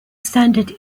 standard